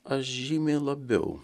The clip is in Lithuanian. aš žymiai labiau